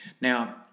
Now